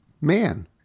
Man